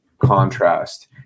contrast